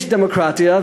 יש דמוקרטיה,